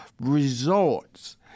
resorts